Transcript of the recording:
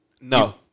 No